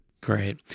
Great